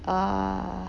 err